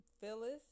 phyllis